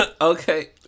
okay